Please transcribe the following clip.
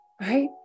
Right